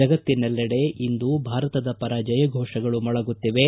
ಜಗತ್ತಿನೆಲ್ಲೆಡೆ ಇಂದು ಭಾರತದ ಪರ ಜಯಘೋಷಗಳು ಮೊಳಗುತ್ತಿವೆ